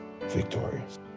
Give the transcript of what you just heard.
victorious